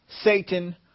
Satan